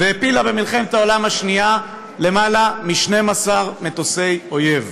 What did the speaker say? והפילה במלחמת העולם השנייה יותר מ-12 מטוסי אויב.